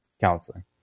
counseling